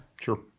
sure